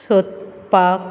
सोदपाक